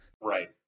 Right